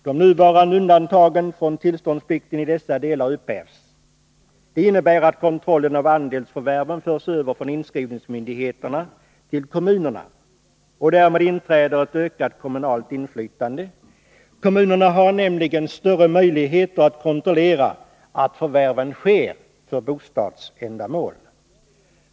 De nuvarande undantagen från tillståndsplikten i dessa delar upphävs. Det innebär att kontrollen av andelsförvärven förs över från inskrivningsmyndigheterna till kommunerna, och därmed inträder ett ökat kommunalt inflytande. Kommunerna har större möjligheter att kontrollera att förvärven sker för bostadsändamål.